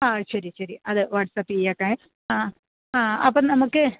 ആ ശരി ശരി അത് വാട്സാപ്പ് ചെയ്തേക്കാം എ ആ ആ അപ്പം നമുക്ക്